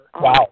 Wow